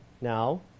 now